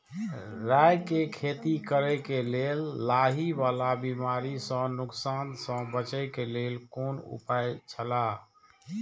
राय के खेती करे के लेल लाहि वाला बिमारी स नुकसान स बचे के लेल कोन उपाय छला?